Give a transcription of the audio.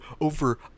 over